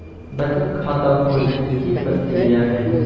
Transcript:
बचत खाता खोले के कि प्रक्रिया है?